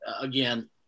Again